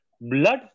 blood